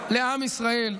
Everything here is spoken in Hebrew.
לעם ישראל.